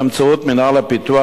באמצעות מינהל הפיתוח,